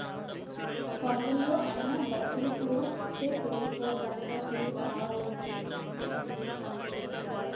కొండల్లో అయినా బచ్చలి కూర ఇట్టే పెరిగిపోద్దక్కా సూడు కావాలంటే